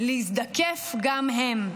להזדקף גם הם.